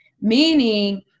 Meaning